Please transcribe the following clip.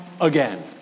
again